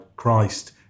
Christ